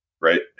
right